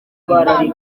impano